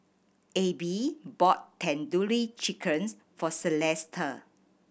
Abbie bought Tandoori Chickens for Celesta